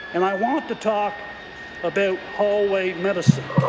and i want to talk about hallway medicine,